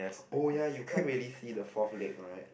oh ya you can't really see the fourth leg right